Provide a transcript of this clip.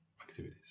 activities